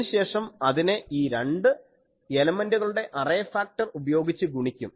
അതിനുശേഷം അതിനെ ഈ രണ്ട് എലമന്റുകളുടെ അറേ ഫാക്ടർ ഉപയോഗിച്ച് ഗുണിക്കും